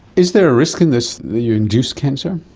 is there a risk in this, that you induce cancer?